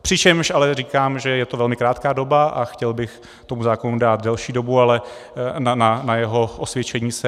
Přičemž ale říkám, že je to velmi krátká doba, a chtěl bych tomu zákonu dát delší dobu na jeho osvědčení se.